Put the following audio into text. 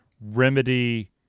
Remedy